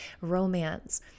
romance